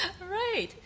Right